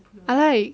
I like